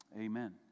Amen